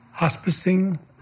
Hospicing